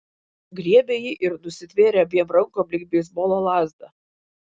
griebė jį ir nusitvėrė abiem rankom lyg beisbolo lazdą